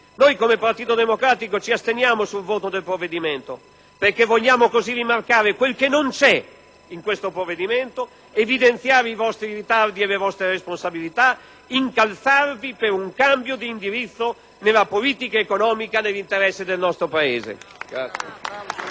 Noi, come Partito Democratico, ci asteniamo dal voto del provvedimento, perchè vogliamo così rimarcare quel che in esso non c'è, evidenziare i vostri ritardi e le vostre responsabilità, incalzarvi per un cambio di indirizzo nella politica economica nell'interesse del Paese.